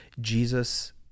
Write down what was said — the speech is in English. Jesus